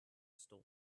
still